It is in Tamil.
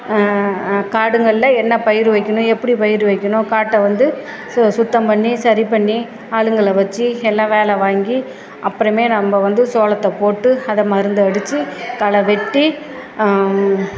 காடுங்களில் என்ன பயிர் வைக்கணும் எப்படி பயிர் வைக்கணும் காட்டை வந்து சு சுத்தம் பண்ணி சரி பண்ணி ஆளுங்களை வச்சி எல்லாம் வேலை வாங்கி அப்புறமே நம்ம வந்து சோளத்தை போட்டு அதை மருந்து அடித்து களை வெட்டி